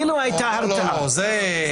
אילו הייתה הרתעה...